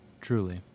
Truly